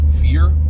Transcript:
fear